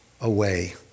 away